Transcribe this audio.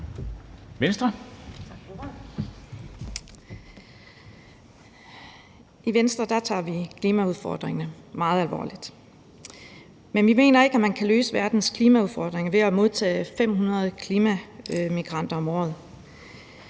I Venstre tager vi klimaudfordringerne meget alvorligt. Men vi mener ikke, man kan løse verdens klimaudfordringer ved at modtage 500 klimamigranter om året.